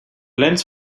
lens